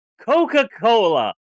Coca-Cola